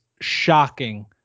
shocking